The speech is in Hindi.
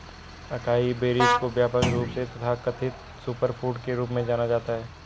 अकाई बेरीज को व्यापक रूप से तथाकथित सुपरफूड के रूप में जाना जाता है